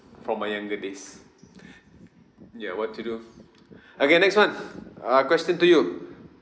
from my younger days ya what to do okay next one uh question to you